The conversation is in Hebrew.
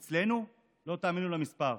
אצלנו, לא תאמינו למספר: